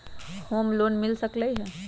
Home loan मिल सकलइ ह?